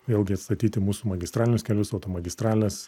vėlgi atstatyti mūsų magistralinius kelius automagistrales